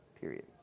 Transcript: period